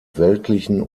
weltlichen